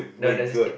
no no just kidding